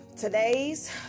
today's